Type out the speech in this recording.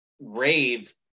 Rave